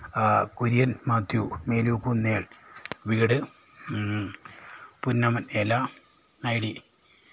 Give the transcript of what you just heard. Kurian Mathew Melukunnel വീട് പുന്നമത്തേല I D